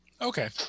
okay